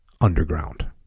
underground